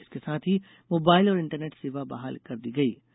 इसके साथ ही मोबाइल और इंटरनेट सेवा बहाल कर दी गयी